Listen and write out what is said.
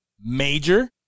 major